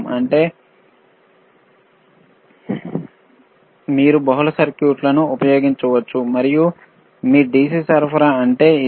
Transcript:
అంటే ఆమీరు బహుళ సర్క్యూట్లను ఉపయోగించవచ్చు మరియు మీ DC విద్యుత్ సరఫరా అంటే ఇదే